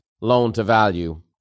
loan-to-value